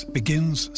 begins